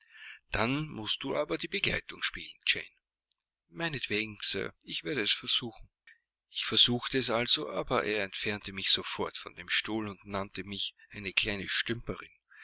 dann mußt du aber die begleitung spielen jane meinetwegen sir ich werde es versuchen ich versuchte es also aber er entfernte mich sofort von dem stuhl und nannte mich eine kleine stümperin